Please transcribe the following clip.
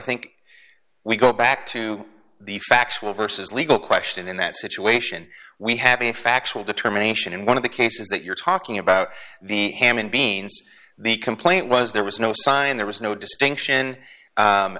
think we go back to the factual vs legal question in that situation we have a factual determination and one of the cases that you're talking about the ham in beans the complaint was there was no sign there was no distinction